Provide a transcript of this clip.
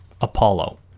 Apollo